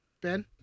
Ben